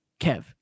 kev